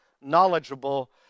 knowledgeable